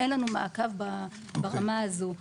אין לנו מעקב ברמה הזו.